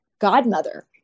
godmother